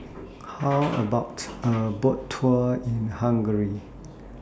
How about A Boat Tour in Hungary